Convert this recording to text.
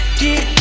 get